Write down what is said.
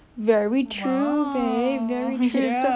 very true very matured